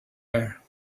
air